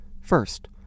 First